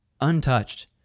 untouched